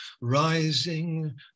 rising